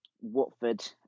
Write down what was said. Watford